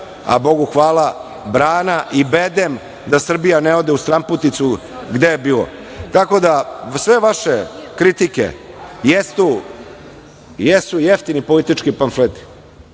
a bogu hvala, brana i bedem da Srbija ne ode u stranputicu. Tako da sve vaše kritike, jesu jeftini politički pamfleti.